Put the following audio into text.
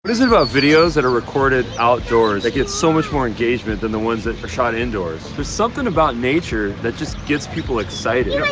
about videos that are recorded outdoors that get so much more engagement than the ones that are shot indoors? there's something about nature that just gets people excited.